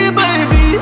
baby